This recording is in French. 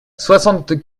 soixante